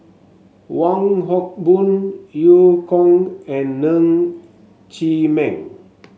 Wong Hock Boon Eu Kong and Ng Chee Meng